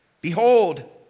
Behold